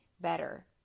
better